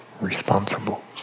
responsible